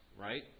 right